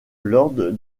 lord